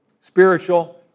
spiritual